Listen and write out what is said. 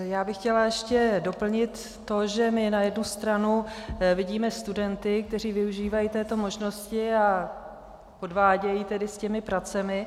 Já bych chtěla ještě doplnit to, že my na jednu stranu vidíme studenty, kteří využívají této možnosti a podvádějí s těmi pracemi.